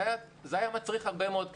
זה היה מצריך הרבה מאוד כסף,